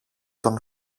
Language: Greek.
τον